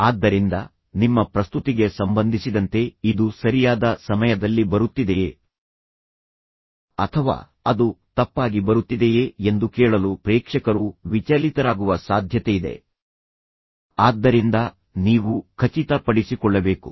ಆದ್ದರಿಂದ ನಿಮ್ಮ ಪ್ರಸ್ತುತಿಗೆ ಸಂಬಂಧಿಸಿದಂತೆ ಇದು ಸರಿಯಾದ ಸಮಯದಲ್ಲಿ ಬರುತ್ತಿದೆಯೇ ಅಥವಾ ಅದು ತಪ್ಪಾಗಿ ಬರುತ್ತಿದೆಯೇ ಎಂದು ಕೇಳಲು ಪ್ರೇಕ್ಷಕರು ವಿಚಲಿತರಾಗುವ ಸಾಧ್ಯತೆಯಿದೆ ಆದ್ದರಿಂದ ನೀವು ಖಚಿತಪಡಿಸಿಕೊಳ್ಳಬೇಕು